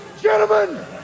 gentlemen